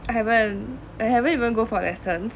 I haven't I haven't even go for lessons